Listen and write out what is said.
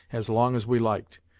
as long as we liked.